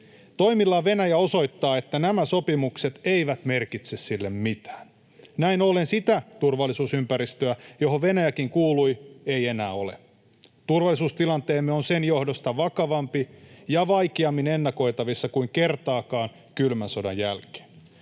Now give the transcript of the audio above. Toimillaan Venäjä osoittaa, että nämä sopimukset eivät merkitse sille mitään. Näin ollen sitä turvallisuusympäristöä, johon Venäjäkin kuului, ei enää ole. Turvallisuustilanteemme on sen johdosta vakavampi ja vaikeammin ennakoitavissa kuin kertaakaan kylmän sodan jälkeen.